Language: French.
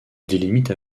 délimitent